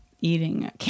eating